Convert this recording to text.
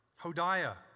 Hodiah